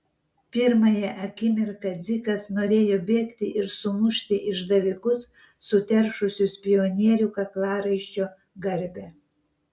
pirmąją akimirką dzikas norėjo bėgti ir sumušti išdavikus suteršusius pionierių kaklaraiščio garbę